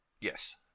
Yes